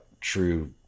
true